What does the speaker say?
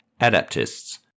adaptists